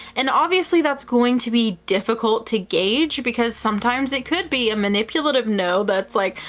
and obviously. that's going to be difficult to gauge because sometimes it could be a manipulative no, that's like,